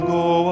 go